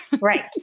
Right